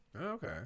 okay